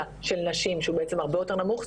של נשים שהוא בעצם הרבה יותר נמוך,